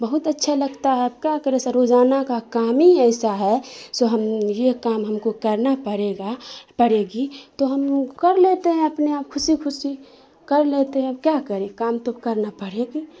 بہت اچھا لگتا ہے اب کیا کریں سر روزانہ کا کام ہی ایسا ہے سو ہم یہ کام ہم کو کرنا پڑے گا پڑے گی تو ہم کر لیتے ہیں اپنے آپ خوشی خوشی کر لیتے ہیں کیا کریں کام تو کرنا پڑے گی